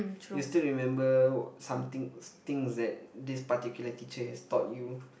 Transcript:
you still remember something things that this particular teacher has taught you